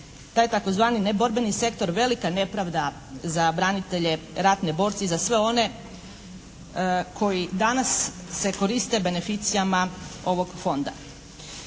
taj tzv. neborbeni sektor velika nepravda za branitelje, ratne borce i za sve one koji danas se koriste beneficijama ovog Fonda.